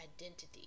identity